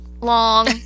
long